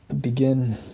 Begin